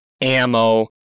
ammo